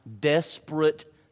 Desperate